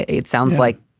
it it sounds like,